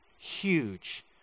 huge